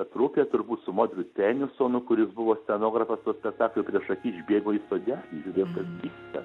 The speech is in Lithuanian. trupė turbūt su modriu tenisonu kuris buvo scenografas to spektaklio priešaky išbėgo į sodelį žiūrėt kas vyksta